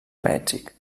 mèxic